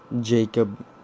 Jacob